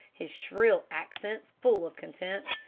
his shrill accents full of contempt.